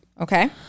Okay